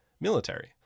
military